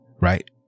Right